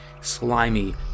slimy